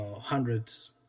hundreds